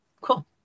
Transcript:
cool